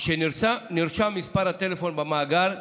משנרשם מספר הטלפון במאגר,